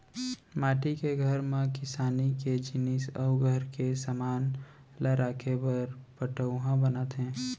माटी के घर म किसानी के जिनिस अउ घर के समान ल राखे बर पटउहॉं बनाथे